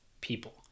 people